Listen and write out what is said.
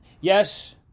yes